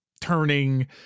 turning